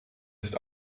ist